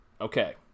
Okay